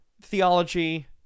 theology